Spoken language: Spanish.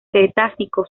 cretácico